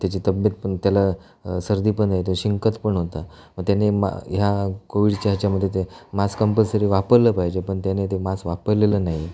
त्याची तब्बेतपण त्याला सर्दीपण आहे तो शिंकतपण होता मग त्याने मा ह्या कोविडच्या ह्याच्यामध्ये ते मास्क कम्पलसरी वापरलं पाहिजे पण त्याने ते मास वापरलेलं नाही